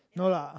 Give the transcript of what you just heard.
no lah